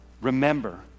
Remember